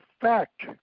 fact